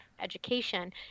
education